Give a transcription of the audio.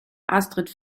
astrid